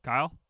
Kyle